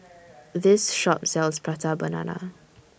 This Shop sells Prata Banana